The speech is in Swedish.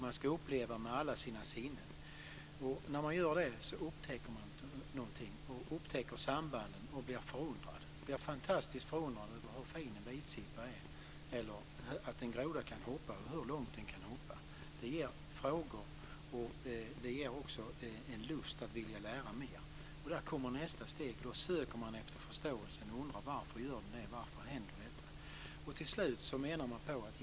Man ska uppleva med alla sina sinnen. När man gör det upptäcker man någonting. Man upptäcker sambanden och blir förundrad. Man kan bli fantastiskt förundrad över hur fin en vitsippa är eller att en groda kan hoppa så långt. Det ger frågor, och det ger också en lust att vilja lära mer. Där kommer nästa steg. Då söker man efter förståelsen och undrar varför gör den det och varför händer detta.